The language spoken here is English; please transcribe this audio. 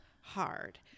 Hard